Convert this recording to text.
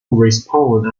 respawn